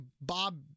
Bob